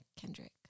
Kendrick